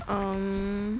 um